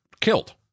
killed